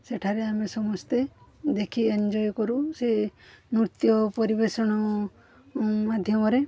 ସେଠାରେ ଆମେ ସମସ୍ତେ ଦେଖି ଏନଜୟ୍ କରୁ ସେ ନୃତ୍ୟ ପରିବେଷଣ ମାଧ୍ୟମରେ